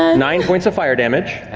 ah nine points of fire damage.